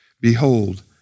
Behold